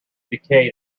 decayed